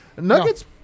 Nuggets